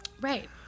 Right